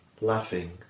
laughing